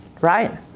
Right